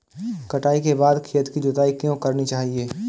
कटाई के बाद खेत की जुताई क्यो करनी चाहिए?